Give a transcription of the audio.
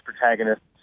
protagonists